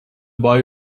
boy